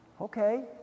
Okay